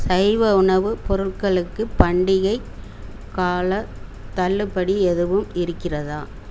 சைவ உணவு பொருள்களுக்கு பண்டிகை கால தள்ளுபடி எதுவும் இருக்கிறதா